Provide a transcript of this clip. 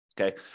Okay